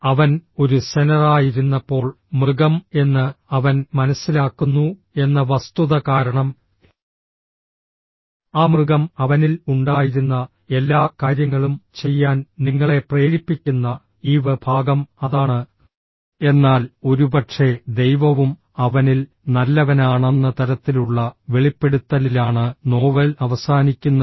അവൻ ഒരു സെനറായിരുന്നപ്പോൾ മൃഗം എന്ന് അവൻ മനസ്സിലാക്കുന്നു എന്ന വസ്തുത കാരണം ആ മൃഗം അവനിൽ ഉണ്ടായിരുന്ന എല്ലാ കാര്യങ്ങളും ചെയ്യാൻ നിങ്ങളെ പ്രേരിപ്പിക്കുന്ന ഈവ് ഭാഗം അതാണ് എന്നാൽ ഒരുപക്ഷേ ദൈവവും അവനിൽ നല്ലവനാണെന്ന തരത്തിലുള്ള വെളിപ്പെടുത്തലിലാണ് നോവൽ അവസാനിക്കുന്നത്